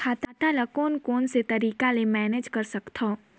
खाता ल कौन कौन से तरीका ले मैनेज कर सकथव?